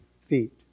feet